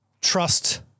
trust